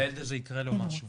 ולילד הזה יקרה משהו.